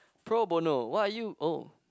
pro bono what are you oh